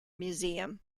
museum